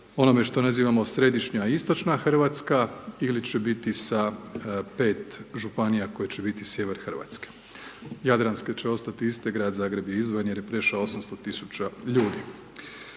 onome što nazivamo središnja istočna Hrvatska ili će biti sa 5 županija koji će biti sjever Hrvatske. Jadranska će ostati iste, Grad Zagreb je izdvojen jer je prošao 800 tisuća ljudi.